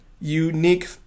unique